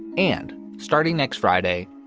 and starting next friday,